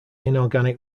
inorganic